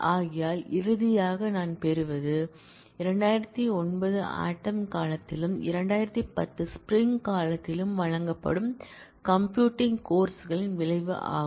ஆகையால் இறுதியாக நான் பெறுவது 2009 ஆட்டம் காலத்திலும் 2010 ஸ்ப்ரிங் காலத்திலும் வழங்கப்படும் கம்ப்யூட்டிங் கோர்ஸ் களின் விளைவு ஆகும்